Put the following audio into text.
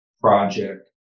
project